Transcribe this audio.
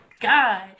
god